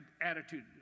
attitude